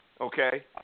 Okay